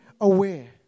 aware